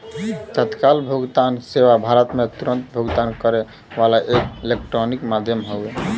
तत्काल भुगतान सेवा भारत में तुरन्त भुगतान करे वाला एक इलेक्ट्रॉनिक माध्यम हौ